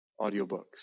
audiobooks